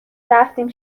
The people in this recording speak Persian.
رفتیم